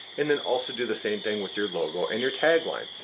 and then also do the same thing with your logo and your tagline.